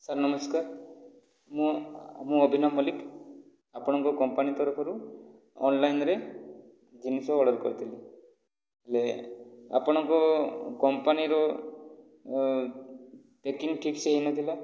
sir ନମସ୍କାର ମୁଁ ମୁଁ ଅଭିନବ ମଲ୍ଲିକ ଆପଣଙ୍କ କମ୍ପାନୀ ତରଫରୁ ଅନ୍ଲାଇନ୍ରେ ଜିନିଷ ଅର୍ଡ଼ର କରିଥିଲି ହେଲେ ଆପଣଙ୍କ କମ୍ପାନୀର ପ୍ୟାକିଂ ଠିକସେ ହୋଇନଥିଲା